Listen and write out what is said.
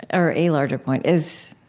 or a larger point is,